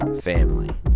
family